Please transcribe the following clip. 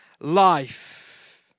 life